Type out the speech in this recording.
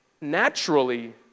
naturally